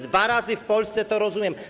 Dwa razy w Polsce, to rozumiem.